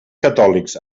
catòlics